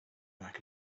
back